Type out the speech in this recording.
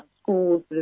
schools